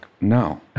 no